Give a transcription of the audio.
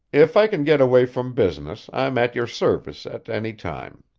if i can get away from business, i'm at your service at any time.